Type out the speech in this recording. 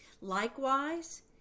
Likewise